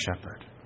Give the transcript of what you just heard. shepherd